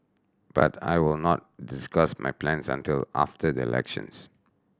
but I will not discuss my plans until after the elections